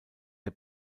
der